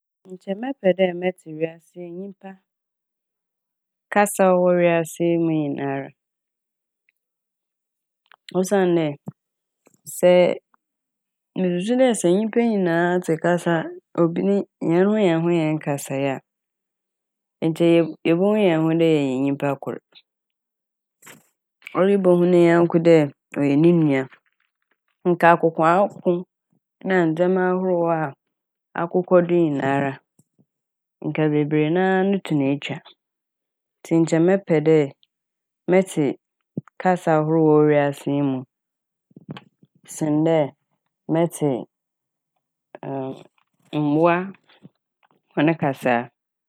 Nkyɛ mɛpɛ dɛ mɛtse wiase nyimpa kasa a ɔwɔ wiase yi mu nyinara. Osiandɛ sɛ musu sɛ nyimpa nyinaa tse kasa a obi- hɛn ho hɛn ho hɛn kasae a nkyɛ yebo- yebohu hɛn ho dɛ yɛyɛ nyimpa kor. Oyi bohu ne nyɛnko dɛ ɔyɛ ne nua nka akoakoko na ndzɛma ahorow a akokɔ do nyinara a nka bebree na a no tun etwa. Ntsi nkyɛ mɛpɛ dɛ mɛtse kasa ahorow a ɔwɔ yi wiase mu sen dɛ mɛtse m- mbowa hɔn kasaa.